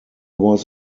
was